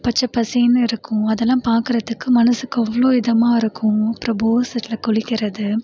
பச்சப்பசேன்னு இருக்கும் அதெல்லாம் பார்க்கறதுக்கு மனசுக்கு அவ்வளோ இதமாக இருக்கும் அப்றம் போர்செட்ல குளிக்கிறது